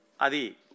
Adi